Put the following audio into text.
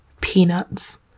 peanuts